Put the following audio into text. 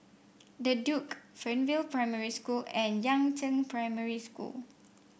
The Duke Fernvale Primary School and Yangzheng Primary School